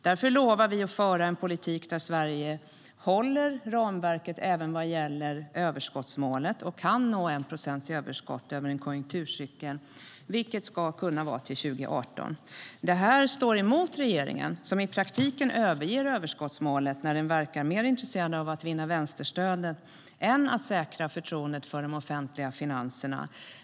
Därför lovar vi att föra en politik där Sverige håller ramverket även vad gäller överskottsmålet och kan nå 1 procents överskott över en konjunkturcykel, vilket ska kunna ske till 2018.Detta står i motsats till regeringen, som i praktiken överger överskottsmålet när den verkar mer intresserad av att vinna vänsterstöd än att säkra förtroendet för de offentliga finanserna.